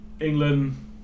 England